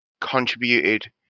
contributed